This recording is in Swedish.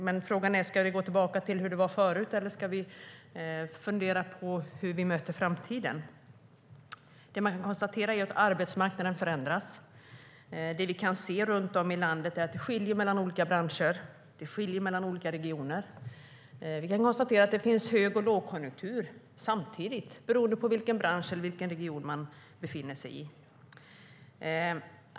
Men frågan är: Ska det gå tillbaka till hur det var förut, eller ska vi fundera på hur vi möter framtiden? Det man kan konstatera är att arbetsmarknaden förändras. Det vi kan se runt om i landet är att det skiljer mellan olika branscher. Det skiljer mellan olika regioner. Vi kan konstatera att det finns högkonjunktur och lågkonjunktur samtidigt. Det beror på vilken bransch eller vilken region man befinner sig i.